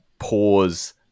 Pause